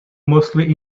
mostly